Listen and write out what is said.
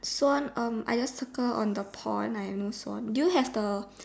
swan um I just circle on the pond I have no swan do you have the